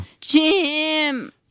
jim